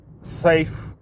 safe